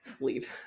leave